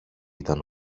ήταν